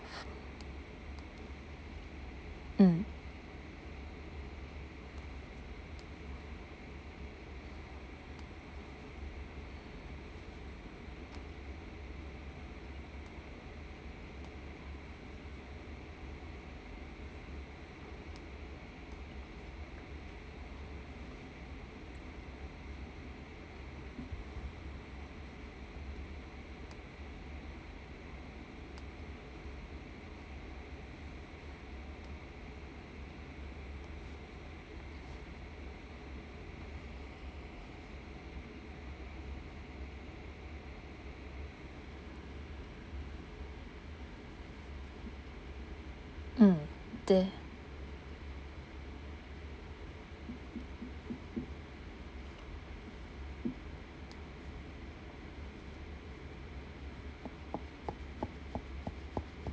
mm mm there